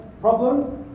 problems